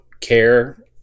care